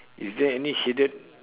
is there any shaded